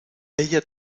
ella